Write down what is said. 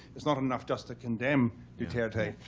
it's not enough just to condemn duterte.